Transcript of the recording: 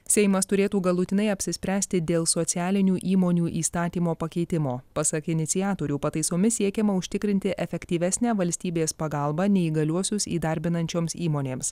seimas turėtų galutinai apsispręsti dėl socialinių įmonių įstatymo pakeitimo pasak iniciatorių pataisomis siekiama užtikrinti efektyvesnę valstybės pagalbą neįgaliuosius įdarbinančioms įmonėms